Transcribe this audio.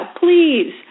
please